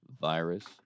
Virus